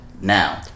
now